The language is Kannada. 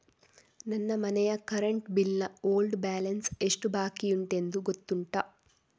ನನ್ನ ಮನೆಯ ಕರೆಂಟ್ ಬಿಲ್ ನ ಓಲ್ಡ್ ಬ್ಯಾಲೆನ್ಸ್ ಎಷ್ಟು ಬಾಕಿಯುಂಟೆಂದು ಗೊತ್ತುಂಟ?